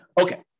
Okay